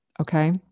Okay